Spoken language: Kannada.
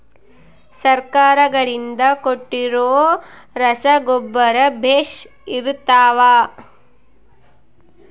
ಸರ್ಕಾರಗಳಿಂದ ಕೊಟ್ಟಿರೊ ರಸಗೊಬ್ಬರ ಬೇಷ್ ಇರುತ್ತವಾ?